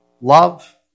love